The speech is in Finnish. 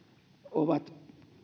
ovat